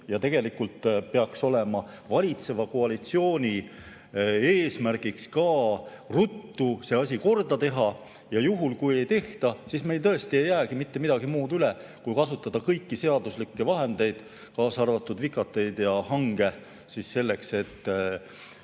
Tegelikult peaks olema valitseva koalitsiooni eesmärgiks ruttu see asi korda teha. Kui ei tehta, siis meil tõesti ei jäägi midagi muud üle kui kasutada kõiki seaduslikke vahendeid, kaasa arvatud vikateid ja hange, et